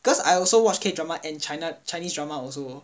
because I also watch K drama and china chinese drama also